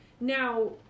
Now